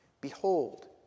Behold